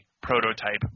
prototype